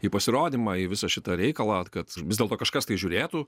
į pasirodymą į visą šitą reikalą kad vis dėlto kažkas tai žiūrėtų